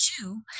two